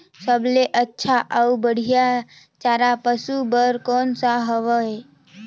सबले अच्छा अउ बढ़िया चारा पशु बर कोन सा हवय?